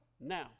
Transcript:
Now